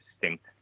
distinct